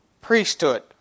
priesthood